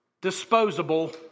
disposable